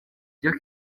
byo